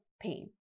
pain